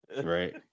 Right